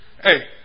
Hey